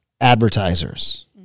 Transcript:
advertisers